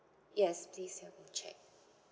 yes please help me check